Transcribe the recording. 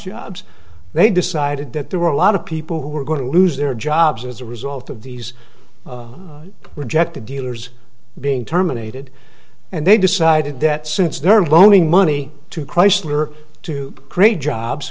jobs they decided that there were a lot of people who were going to lose their jobs as a result of these rejected dealers being terminated and they decided that since they're loaning money to chrysler to create jobs